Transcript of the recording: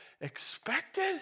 expected